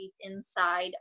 inside